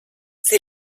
sie